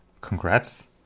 Congrats